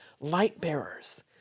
light-bearers